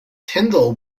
tyndall